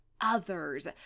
others